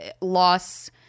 loss